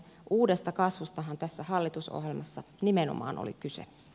uudesta kasvustahan tässä hallitusohjelmassa nimenomaan oli kyse